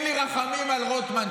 אין לי רחמים על רוטמן.